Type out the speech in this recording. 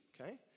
okay